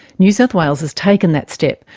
new south wales has taken that step,